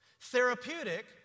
Therapeutic